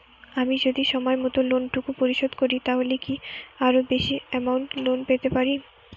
আমি যদি সময় মত লোন টুকু পরিশোধ করি তাহলে কি আরো বেশি আমৌন্ট লোন পেতে পাড়ি?